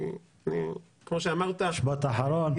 משפט אחרון.